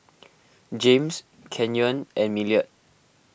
James Canyon and Millard